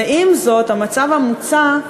ועם זאת, המצב המוצע,